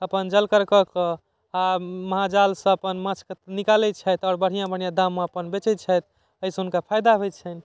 अपन जलकर कए कऽ आओर महाजालसँ अपन माछके निकालै छथि आओर बढ़िआँ बढ़िआँ दाममे अपन बेचै छथि अइसँ हुनका फायदा होइ छन्हि